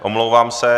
Omlouvám se.